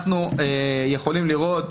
אנחנו יכולים לראות